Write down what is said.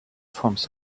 forms